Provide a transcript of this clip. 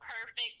perfect